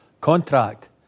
contract